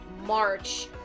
March